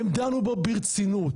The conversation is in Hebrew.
הם דנו בו ברצינות,